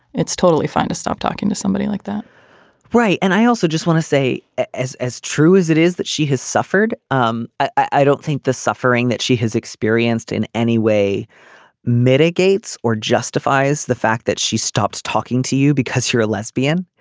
it's totally fine to stop talking to somebody like that right. and i also just want to say as as true as it is that she has suffered um i don't think the suffering that she has experienced in any way mitigates or justifies the fact that she stopped talking to you because you're a lesbian.